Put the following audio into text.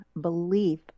belief